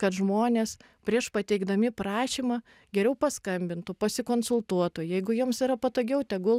kad žmonės prieš pateikdami prašymą geriau paskambintų pasikonsultuotų jeigu jiems yra patogiau tegul